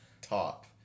top